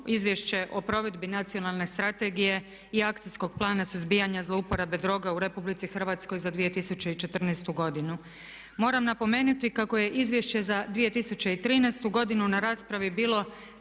Izvješće o provedbi Nacionalne strategije i Akcijskog plana suzbijanja zlouporaba droga u RH za 2014. godinu. Moram napomenuti kako je Izvješće za 2013. godinu na raspravi bilo